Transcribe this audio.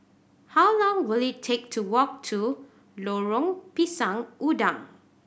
how long will it take to walk to Lorong Pisang Udang